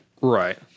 Right